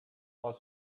was